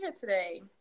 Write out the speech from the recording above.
today